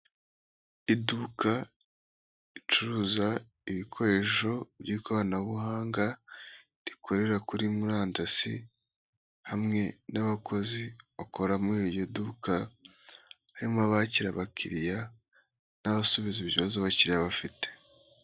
Iduka ricuruza ibikoresho by'ikoranabuhanga, rikorera kuri murandasi hamwe n'abakozi bakora muri iryo duka, harimo abakira abakiriya n'abasubiza ibibazo abakiriya bafite.